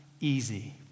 easy